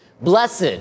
Blessed